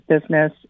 business